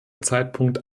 zeitpunkt